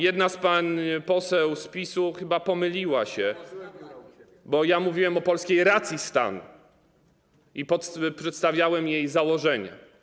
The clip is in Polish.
Jedna z pań poseł z PiS chyba się pomyliła, bo ja mówiłem o polskiej racji stanu i przedstawiałem jej założenia.